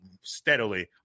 steadily